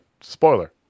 spoiler